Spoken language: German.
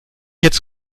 jetzt